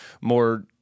more